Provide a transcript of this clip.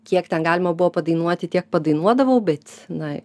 kiek ten galima buvo padainuoti tiek padainuodavau bet na